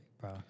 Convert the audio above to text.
bro